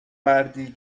مردی